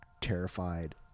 terrified